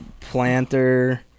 planter